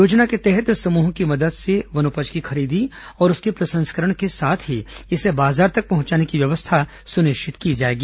योजना के तहत समूहों की मदद से वनोपज की खरीदी और उसके प्रसंस्करण के साथ ही इसे बाजार तक पहुंचाने की व्यवस्था सुनिश्चित की जाएगी